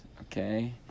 Okay